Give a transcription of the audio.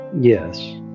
Yes